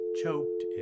choked